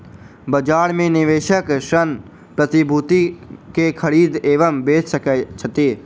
बजार में निवेशक ऋण प्रतिभूति के खरीद एवं बेच सकैत छथि